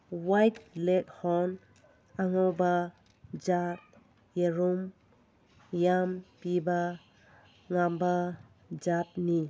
white Leghorn ꯑꯉꯧꯕ ꯖꯥꯠ ꯌꯦꯔꯨꯝ ꯌꯥꯝ ꯄꯤꯕ ꯉꯝꯕ ꯖꯥꯠꯅꯤ